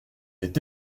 est